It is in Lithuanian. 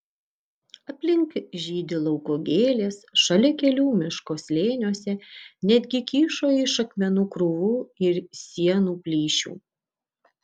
aplink žydi lauko gėlės šalia kelių miško slėniuose netgi kyšo iš akmenų krūvų ir sienų plyšių